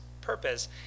purpose